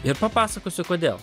ir papasakosiu kodėl